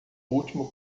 último